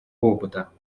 опыта